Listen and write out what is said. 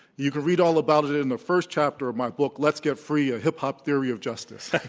you can read all about it in the first chapter of my book, let's get free, a hip-hop theory of justice.